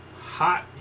hot